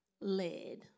led